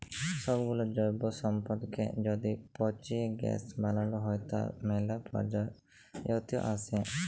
সবগুলা জৈব সম্পদকে য্যদি পচিয়ে গ্যাস বানাল হ্য়, তার ম্যালা প্রয়জলিয়তা আসে